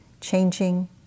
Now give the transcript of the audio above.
changing